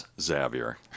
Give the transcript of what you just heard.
Xavier